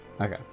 okay